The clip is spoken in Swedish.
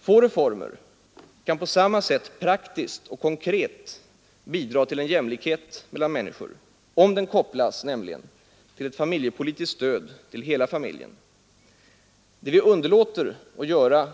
Få reformer kan på samma sätt praktiskt och konkret bidra till jämlikhet mellan människor, nämligen om den här reformen kopplas till ett familjepolitiskt stöd för hela familjen. Det vi underlåter att göra